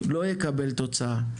לא יקבל תוצאה.